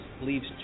leaves